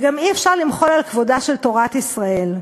וגם אי-אפשר למחול על כבודה של תורת ישראל,